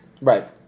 Right